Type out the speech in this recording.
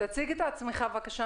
תציג את עצמך, בבקשה.